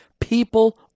People